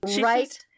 right